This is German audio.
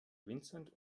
vincent